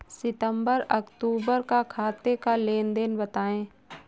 सितंबर अक्तूबर का खाते का लेनदेन बताएं